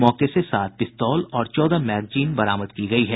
मौके से सात पिस्तौल और चौदह मैगजीन बरामद की गई है